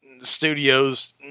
studios